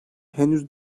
henüz